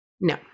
No